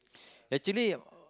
actually